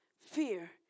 fear